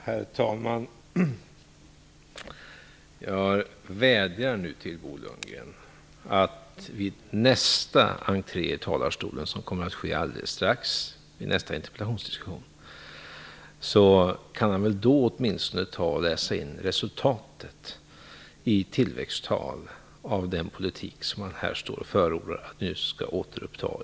Herr talman! Jag vädjar till Bo Lundgren att han åtminstone vid nästa entré i talarstolen, som kommer att ske alldeles strax i nästa interpellationsdiskussion, läser in resultatet, i tillväxttal, av den politik som han här står och förordar att vi skall återuppta.